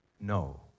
No